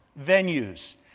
venues